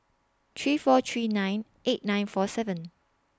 three four three nine eight nine four seven